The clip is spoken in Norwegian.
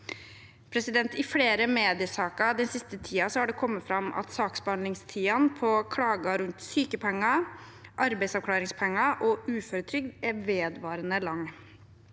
sykepenger. I flere mediesaker den siste tiden har det kommet fram at saksbehandlingstidene på klager rundt sykepenger, arbeidsavklaringspenger og uføretrygd er vedvarende lange.